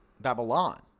Babylon